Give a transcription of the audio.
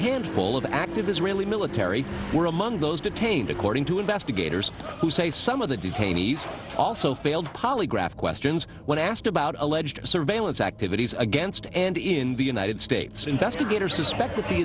handful of active israeli military were among those detained according to investigators who say some of the detainees also failed polygraph questions when asked about alleged surveillance activities against and in the united states investigators suspect that the